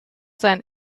sein